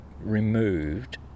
removed